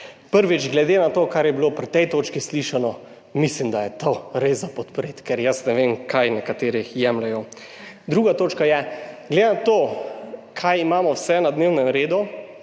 Prvič, glede na to, kar je bilo pri tej točki slišano, mislim, da je to res za podpreti, ker jaz ne vem kaj nekateri jemljejo. 2. točka je, glede na to kaj imamo vse na dnevnem redu